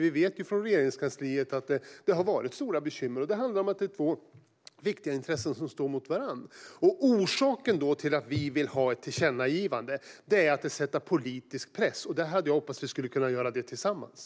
Vi vet att Regeringskansliet har haft stora bekymmer, och det handlar om att det är två viktiga intressen som står mot varandra. Orsaken till att vi vill ha ett tillkännagivande är att sätta politisk press. Det hade jag hoppats att vi skulle kunna göra tillsammans.